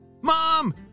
Mom